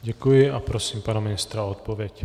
Děkuji a prosím pana ministra o odpověď.